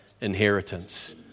inheritance